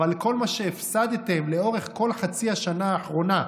אבל על כל מה שהפסדתם לאורך כל חצי השנה האחרונה,